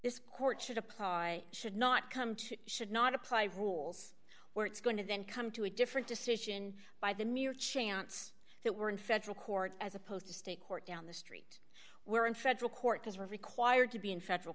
this court should apply should not come to should not apply rules where it's going to then come to a different decision by the mere chance that we're in federal court as opposed to state court down the street where in federal court is required to be in federal